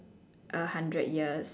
a hundred years